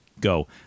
go